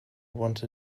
want